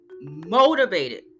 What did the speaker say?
motivated